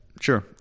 sure